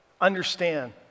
Understand